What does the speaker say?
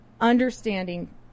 understanding